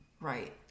Right